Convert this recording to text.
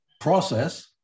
process